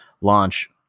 launch